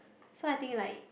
so I think like